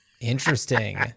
interesting